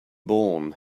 born